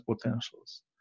potentials